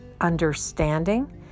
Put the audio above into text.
understanding